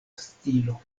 stilo